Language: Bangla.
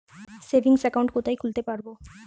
সেভিংস অ্যাকাউন্ট কোথায় খুলতে পারব?